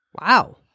Wow